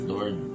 Lord